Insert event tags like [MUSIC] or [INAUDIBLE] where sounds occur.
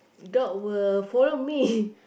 dog will follow me [BREATH]